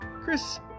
chris